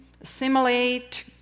assimilate